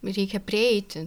reikia prieiti